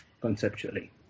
conceptually